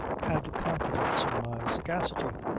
had confidence in my sagacity.